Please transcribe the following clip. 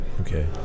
Okay